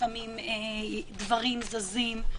לפעמים דברים זזים.